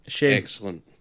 excellent